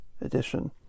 edition